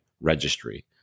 registry